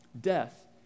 death